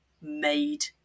made